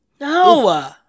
No